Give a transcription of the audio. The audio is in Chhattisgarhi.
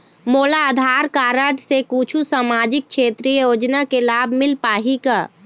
मोला आधार कारड से कुछू सामाजिक क्षेत्रीय योजना के लाभ मिल पाही का?